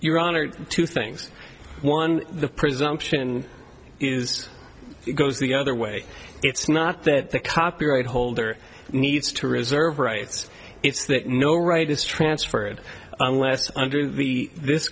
your honored two things one the presumption is it goes the other way it's not that the copyright holder needs to reserve rights it's that no right is transferred unless under the this